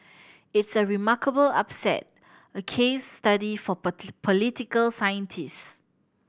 it's a remarkable upset a case study for political scientist